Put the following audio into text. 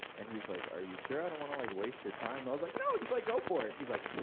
and he was like, are you sure? i don't want to, like, waste your time. i was like, no, just, like, go for it. he was like.